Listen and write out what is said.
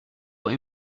were